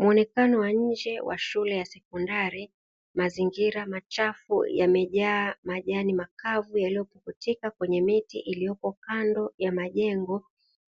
Muonekano wa nje wa shule ya sekondari mazingira machafu yamejaa majani makavu yaliyopuputika kwenye miti iliyopo kando ya majengo,